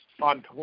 on